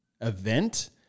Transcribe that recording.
event